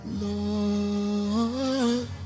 Lord